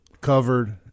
covered